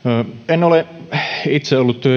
en ole itse ollut